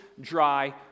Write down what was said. dry